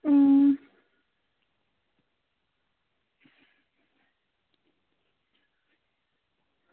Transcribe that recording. अं